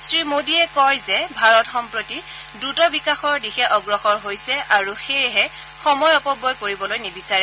শ্ৰীমোডীয়ে কয় যে ভাৰত সম্প্ৰতি দ্ৰুত বিকাশৰ দিশে অগ্ৰসৰ হৈছে আৰু সেয়েহে সময় অপব্যয় কৰিবলৈ নিবিচাৰে